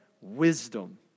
wisdom